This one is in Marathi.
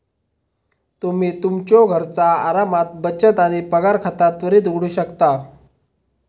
तुम्ही तुमच्यो घरचा आरामात बचत आणि पगार खाता त्वरित उघडू शकता